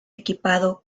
equipado